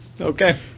Okay